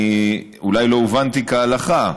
אולי לא הובנתי כהלכה.